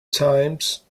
times